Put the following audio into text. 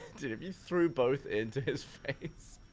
dude, if you threw both into his face.